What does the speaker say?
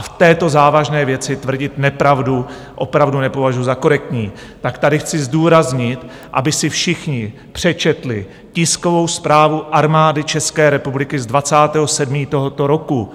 V této závažné věci tvrdit nepravdu opravdu nepovažuji za korektní, tak tady chci zdůraznit, aby si všichni přečetli tiskovou zprávu Armády České republiky z 20. 7. tohoto roku.